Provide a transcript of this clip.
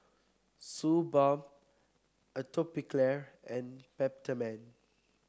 Suu Balm Atopiclair and Peptamen